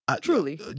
Truly